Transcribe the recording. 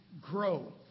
grow